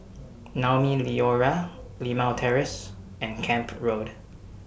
Naumi Liora Limau Terrace and Camp Road